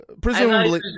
presumably